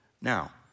now